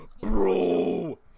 Bro